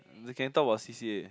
they can talk about c_c_a